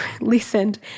listened